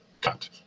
cut